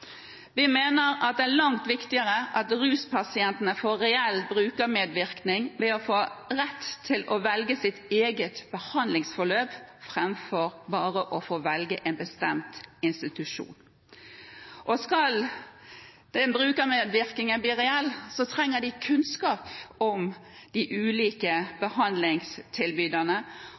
Vi mener det er langt viktigere at ruspasientene får reell brukermedvirkning ved å få rett til å velge sitt eget behandlingsforløp framfor bare å få velge en bestemt institusjon. Skal brukermedvirkningen bli reell, trenger de kunnskap om de ulike behandlingstilbyderne,